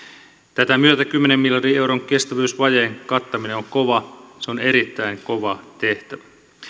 tätä myötä kymmenen miljardin euron kestävyysvajeen kattaminen on kova se on erittäin kova tehtävä